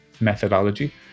methodology